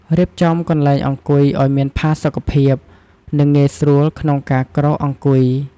រៀបចំកន្លែងអង្គុយឲ្យមានផាសុកភាព និងងាយស្រួលក្នុងការក្រោកអង្គុយ។